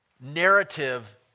narrative